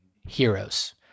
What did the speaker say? heroes